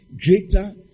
greater